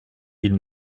ils